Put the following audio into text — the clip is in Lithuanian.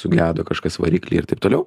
sugedo kažkas varikly ir taip toliau